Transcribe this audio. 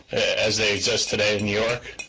as they exist today in new york?